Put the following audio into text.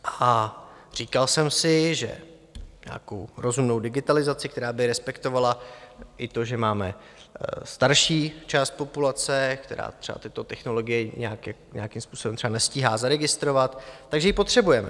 A říkal jsem si, že nějakou rozumnou digitalizaci, která by respektovala i to, že máme starší část populace, která třeba tyto technologie nějak nějakým způsobem třeba nestíhá zaregistrovat, tak že ji potřebujeme.